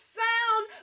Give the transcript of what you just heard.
sound